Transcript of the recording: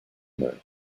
meurent